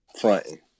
Fronting